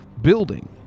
building